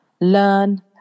learn